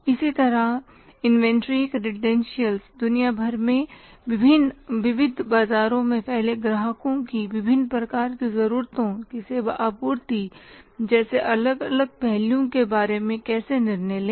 इसी तरह inventory credentials दुनिया भर में विविध बाजारों में फैले ग्राहकों की विभिन्न प्रकार की ज़रूरतों की सेवा आपूर्ति जैसे अलग अलग पहलुओं के बारे में कैसे निर्णय लें